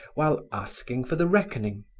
while asking for the reckoning.